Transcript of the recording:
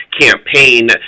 campaign